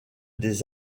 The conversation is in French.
des